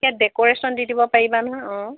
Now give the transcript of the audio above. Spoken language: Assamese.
ডেকৰেশ্যন দি দিব পাৰিবা নহয় অঁ